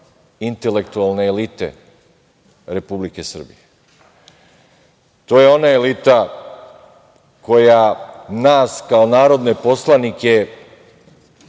intelektualne elite Republike Srbije. To je ona elita koja nas kao narodne poslanike,